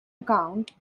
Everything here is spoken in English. account